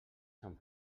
sant